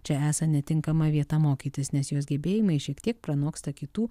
čia esą netinkama vieta mokytis nes jos gebėjimai šiek tiek pranoksta kitų